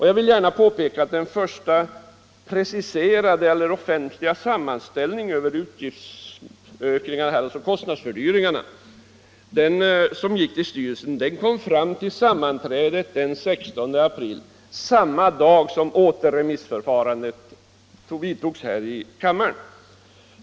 Jag vill gärna påpeka att den första preciserade offentliga sammanställning av kostnadsfördyringarna som redovisats för styrelsen kom fram till sammanträdet den 16 april — samma dag som beslut fattades om återremissförfarandet här i kammaren.